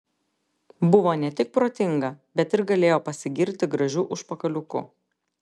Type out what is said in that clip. buvo ne tik protinga bet ir galėjo pasigirti gražiu užpakaliuku